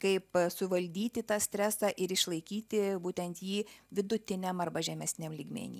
kaip suvaldyti tą stresą ir išlaikyti būtent jį vidutiniam arba žemesniam lygmeny